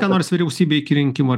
ką nors vyriausybė iki rinkimų ar